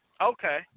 Okay